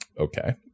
okay